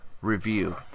review